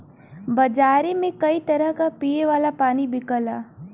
बजारे में कई तरह क पिए वाला पानी बिकला